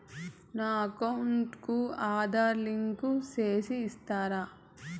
నా అకౌంట్ కు ఆధార్ లింకు సేసి ఇస్తారా?